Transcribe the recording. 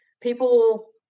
people